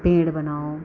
पेड़ बनाओ